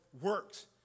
works